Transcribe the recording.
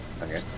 Okay